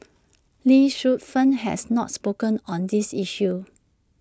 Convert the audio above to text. lee Suet Fern has not spoken up on this issue